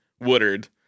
Woodard